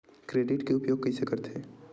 Credit के उपयोग कइसे करथे?